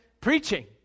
preaching